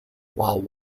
while